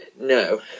No